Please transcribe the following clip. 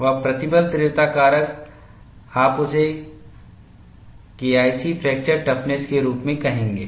वह प्रतिबल तीव्रता कारक आप इसे KIC फ्रैक्चर टफ़्नस के रूप में कहेंगे